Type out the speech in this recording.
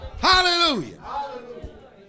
hallelujah